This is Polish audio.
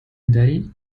idei